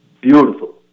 beautiful